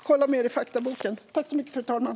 Kolla mer i faktaboken!